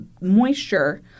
moisture